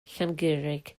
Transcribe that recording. llangurig